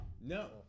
No